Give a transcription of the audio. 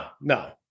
no